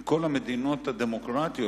מכל המדינות הדמוקרטיות,